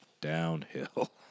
downhill